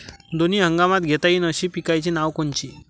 दोनी हंगामात घेता येईन अशा पिकाइची नावं कोनची?